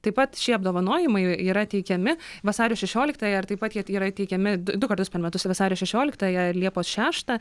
taip pat šie apdovanojimai yra teikiami vasario šešioliktąją ir taip pat jie yra teikiami du kartus per metus vasario šešioliktąją ir liepos šeštą